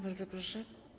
Bardzo proszę.